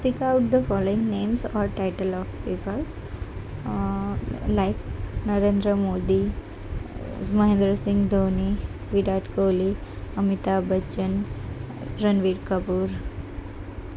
speak out the following names or titles of people like Narendra Modi Mahendra Singh Dhoni Virat Kohli Amitabh Bachchan Ranveer Kapoor